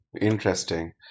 Interesting